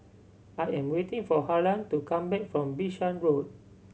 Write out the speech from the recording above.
I am waiting for Harlan to come back from Bishan Road